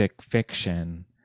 fiction